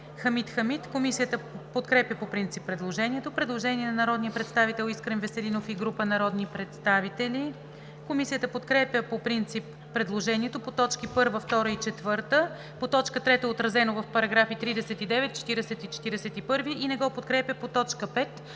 Хамид Хамид. Комисията подкрепя по принцип предложението. Предложение на народния представител Искрен Веселинов и група народни представители. Комисията подкрепя по принцип предложението по т. 1, 2 и 4, по т. 3 е отразено в § 39, 40 и 41 и не го подкрепя по т. 5.